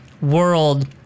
world